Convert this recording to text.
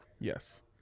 Yes